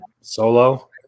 Solo